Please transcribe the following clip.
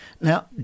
Now